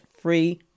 free